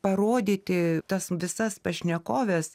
parodyti tas visas pašnekoves